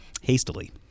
hastily